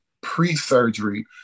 pre-surgery